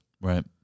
Right